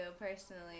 personally